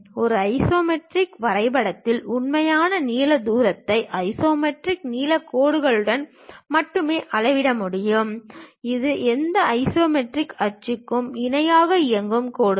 ஒரு ஐசோமெட்ரிக் வரைபடத்தில் உண்மையான நீள தூரத்தை ஐசோமெட்ரிக் நீள கோடுகளுடன் மட்டுமே அளவிட முடியும் இது எந்த ஐசோமெட்ரிக் அச்சிற்கும் இணையாக இயங்கும் கோடுகள்